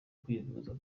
kwivuza